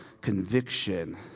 conviction